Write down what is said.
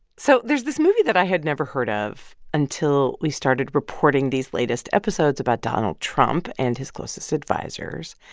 so there's this movie that i had never heard of until we started reporting these latest episodes about donald trump and his closest advisers,